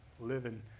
living